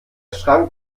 schrank